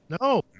No